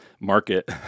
market